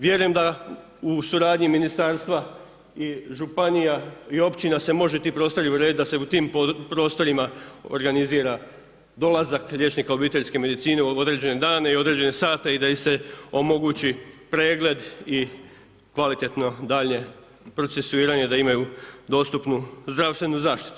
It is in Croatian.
Vjerujem da u suradnji s ministarstva i županija i općina se može ti prostori urediti, da se u tim prostorima organizira dolazak liječnika obiteljske medicine u određene dane i određene sate i da im se omogući pregled i kvalitetno daljnje procesuiranje da imaju dostupnu zdravstvenu zaštitu.